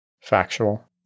factual